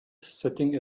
sitting